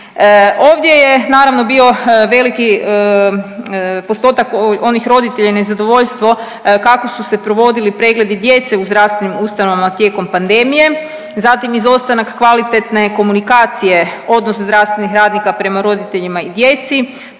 Ovdje je naravno bio veliki postotak onih roditelja i nezadovoljstvo kako su se provodili pregledi djece u zdravstvenim ustanovama tijekom pandemije, zatim izostanak kvalitetne komunikacije, odnosi zdravstvenih radnika prema roditeljima i djeci,